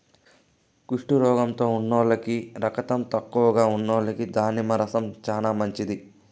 కుష్టు రోగం ఉన్నోల్లకి, రకతం తక్కువగా ఉన్నోల్లకి దానిమ్మ రసం చానా మంచిది